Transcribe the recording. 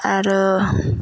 आरो